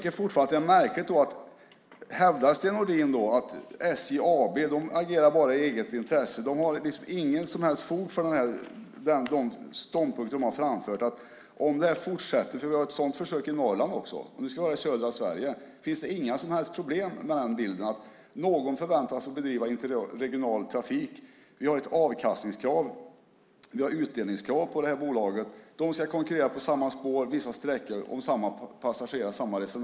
Det är fortfarande märkligt: Hävdar Sten Nordin att SJ AB agerar bara i eget intresse, att man inte har något fog för den ståndpunkten man har framfört? Det sker ett sådant försök i Norrland. Nu ska det vara södra Sverige. Finns det inget problem med bilden att någon förväntas bedriva interregional trafik, att det finns ett avkastnings och utdelningskrav på bolaget, och bolaget ska konkurrera på samma spår och på vissa sträckor om samma passagerare?